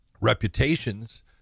reputations